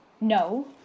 No